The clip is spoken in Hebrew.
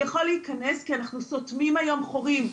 יכול להיכנס כי אנחנו סותמים היום חורים.